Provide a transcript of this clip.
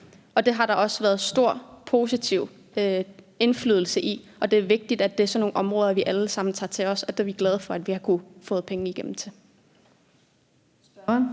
Der har der også været en stor og positiv indflydelse, og det er vigtigt, at det er sådan nogle områder, vi alle sammen tager til os, og det er vi glade for at vi har kunnet få penge til.